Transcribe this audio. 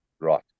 right